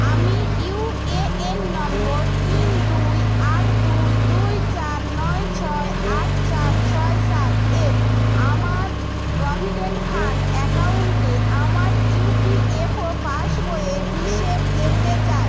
আমি U A N number তিন দুই আট দুই দুই চার নয় ছয় আট চার ছয় সাত এর আমার প্রভিডেন্ট ফাণ্ড অ্যাকাউন্টে আমার ইউপিএফও পাসবইয়ের হিসেব দেখতে চাই